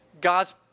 God's